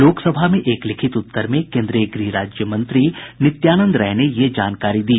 लोकसभा में एक लिखित उत्तर में केन्द्रीय गृह राज्य मंत्री नित्यानंद राय ने ये जानकारी दी